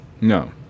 No